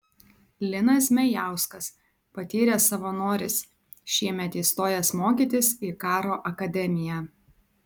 linas zmejauskas patyręs savanoris šiemet įstojęs mokytis į karo akademiją